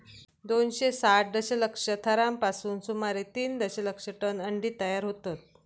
दोनशे साठ दशलक्ष थरांपासून सुमारे तीन दशलक्ष टन अंडी तयार होतत